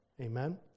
Amen